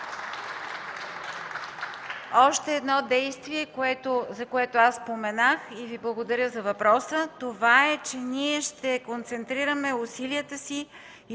още едно действие, за което споменах и Ви благодаря за въпроса – това е, че ние ще концентрираме усилията си